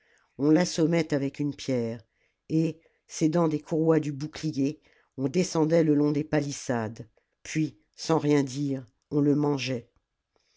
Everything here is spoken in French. on l'assommait avec une pierre et s'aidant des courroies du bouclier on descendait le long des palissades puis sans rien dire on le mangeait